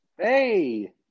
Hey